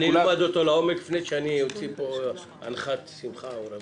אני אלמד אותו לעומק לפני שאני אוציא אנחת שמחה או רווחה.